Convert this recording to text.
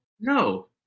No